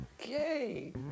Okay